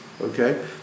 Okay